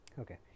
okay